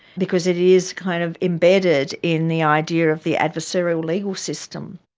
because it is kind of embedded in the idea of the adversarial legal system.